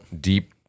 deep